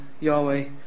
Yahweh